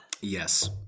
Yes